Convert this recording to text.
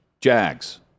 Jags